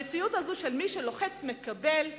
המציאות הזאת של מי שלוחץ, מקבל,